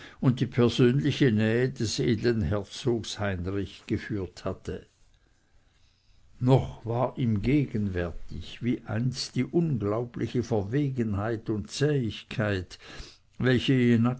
und die persönliche nähe des edeln herzogs heinrich geführt hatte noch war ihm gegenwärtig wie einst die unglaubliche verwegenheit und zähigkeit welche